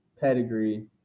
pedigree